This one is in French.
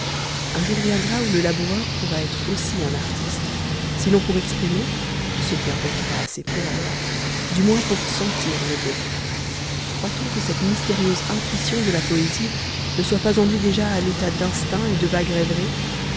un jour viendra où le laboureur pourra être aussi un artiste sinon pour exprimer ce qui importera assez peu alors du moins pour sentir le beau croit-on que cette mystérieuse intuition de la poésie ne soit pas en lui déjà à l'état d'instinct et de vague rêverie